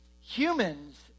humans